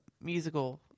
musical